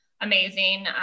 amazing